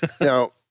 Now